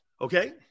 Okay